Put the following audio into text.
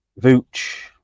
Vooch